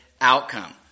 outcome